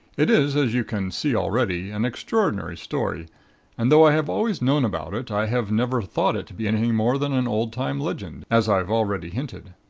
it is, as you can see already, an extraordinary story and though i have always known about it, i have never thought it to be anything more than an old-time legend, as i have already hinted.